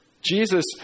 Jesus